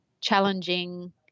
challenging